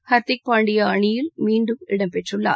ஹர்திக் பாண்டியா அணியில் மீண்டும் இடம்பெற்றுள்ளார்